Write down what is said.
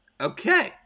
Okay